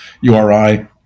URI